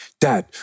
Dad